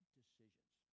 decisions